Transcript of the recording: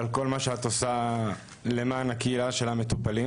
על כל מה שאת עושה למען הקהילה של המטופלים.